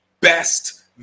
best